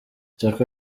isoko